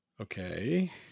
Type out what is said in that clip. Okay